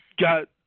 got